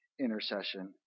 intercession